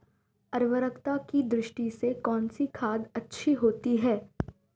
उर्वरकता की दृष्टि से कौनसी खाद अच्छी होती है?